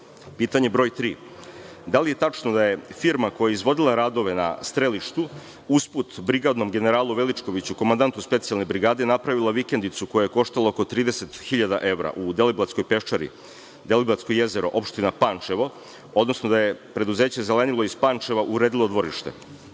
broj tri – da li je tačno da je firma koja je izvodila radove na strelištu, usput brigadnom generalu Veličkoviću, komandatu Specijalne brigade napravila vikendicu koja je koštala oko 30 hiljada evra u Deliblatskoj peščari, Delibatsko jezero, opština Pančevo, odnosno da je preduzeće „Zelenilo“ iz Pančeva uredilo dvorište?